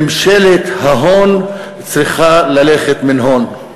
ממשלת ההון צריכה ללכת מִן הון.